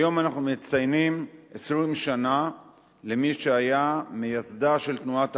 היום אנחנו מציינים 20 שנה למי שהיה מייסדה של תנועת החרות,